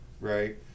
right